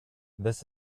this